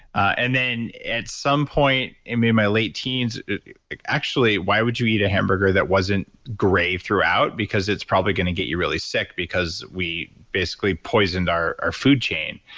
and then at some point in my late teens actually why would you eat a hamburger that wasn't gray throughout because it's probably going to get you really sick because we basically poisoned our our food chain.